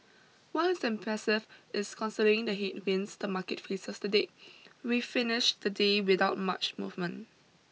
what is impressive is considering the headwinds the market faces today we finished the day without much movement